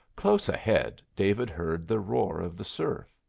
close ahead david heard the roar of the surf.